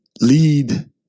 lead